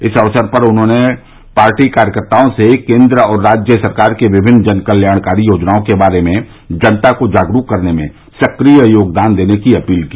इस अवसर पर उन्होंने पार्टी कार्यकर्ताओं से केन्द्र और राज्य सरकार की विभिन्न जन कल्याणकारी योजनाओं के बारे में जनता को जागरूक करने में सक्रिय योगदान देने की अपील की